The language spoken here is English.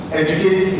educate